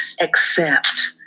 accept